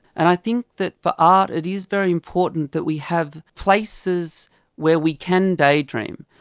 and i think that for art it is very important that we have places where we can daydream.